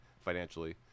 financially